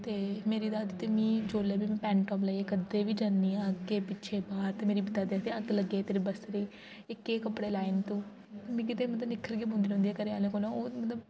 ते मेरी दादी ते मी जेल्लै बी मी पैंट टाप लाइयै कदें बी जन्नी आं अग्गें पिच्छें बाह्र ते मेरी दादी आखदी अग्ग लग्गे तेरे बसरे'ई एह् केह् कपड़े लाए न तूं मिगी ते मतलब निक्खर गै पौंदी रौहन्दी घरैआह्ले कोलूं ओह् मतलब